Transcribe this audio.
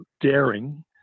daring